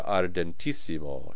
ardentissimo